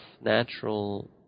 natural